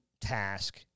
task